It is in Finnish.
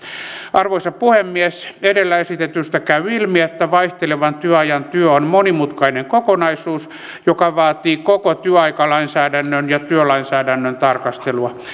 arvoisa puhemies edellä esitetystä käy ilmi että vaihtelevan työajan työ on monimutkainen kokonaisuus joka vaatii koko työaikalainsäädännön ja työlainsäädännön tarkastelua